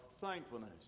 thankfulness